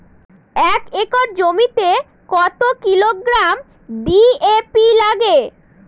এক একর জমিতে কত কিলোগ্রাম ডি.এ.পি লাগে?